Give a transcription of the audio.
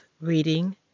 reading